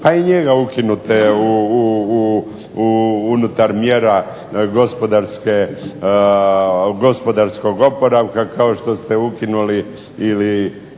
pa i njega ukinite unutar mjera gospodarskog oporavka kao što ste ukinuli ili